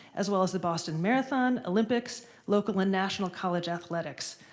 as well as the boston marathon, olympics, local and national college athletics.